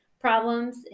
problems